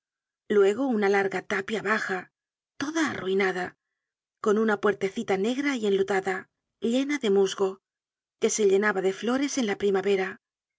luego una larga tapia baja toda arruinada con una puertecita negra y enlutada llena de musgo que se llenaba de flores en la primavera